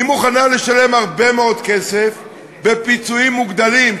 היא מוכנה לשלם הרבה מאוד כסף בפיצויים מוגדלים,